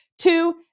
two